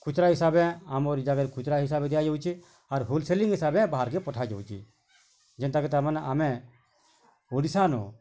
ଖୁଚୁରା ହିସାବେ ଆମର ଇ ଜାଗାରେ ଖୁଚୁରା ହିସାବ ଦିଆଯାଉଛେ ଆର୍ ହୋଲସେଲିଙ୍ଗ୍ ହିସାବେ ବାହାର୍ କେ ପଠାଯାଉଛି ଯେନ୍ତା କି ତାମାନେ ଆମେ ଓଡ଼ିଶା ନ